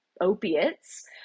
opiates